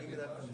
לכן לא דיברתי,